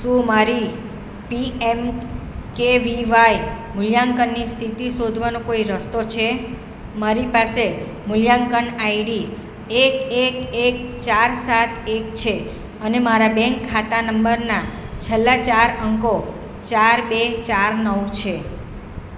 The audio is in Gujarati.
શું મારી P M K V Y મૂલ્યાંકનની સ્થિતિ શોધવાનો કોઈ રસ્તો છે મારી પાસે મૂલ્યાંકન આઈડી એક એક એક ચાર સાત એક છે અને મારા બેંક ખાતા નંબરના છેલ્લા ચાર અંકો ચાર બે ચાર નવ છે